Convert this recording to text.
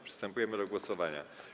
Przystępujemy do głosowania.